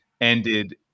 ended